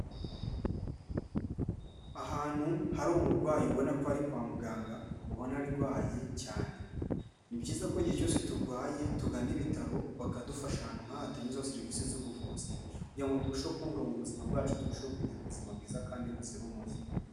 Ahantu hari umurwayi ubona ko ari kwa muganga, ubona arwaye cyane, ni byiza ko igihe cyose turwaye tugana ibitaro bakadufasha ahantu nk'aha hatangirwa serivisi z'ubuvuzi kugira ngo turusheho kubungabunga ubuzima bwacu, turusheho kugira ubuzima bwiza kandi buzira umuze.